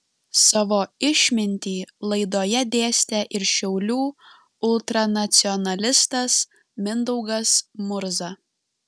savo išmintį laidoje dėstė ir šiaulių ultranacionalistas mindaugas murza